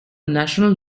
national